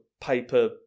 paper